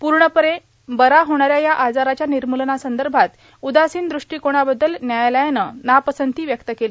पूर्णपणे बरा होणाऱ्या या आजाराच्या निर्मूलनासंदर्भात उदासीन दृष्टिकोणाबद्दल न्यायालयानं नापसंती व्यक्त केली